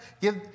give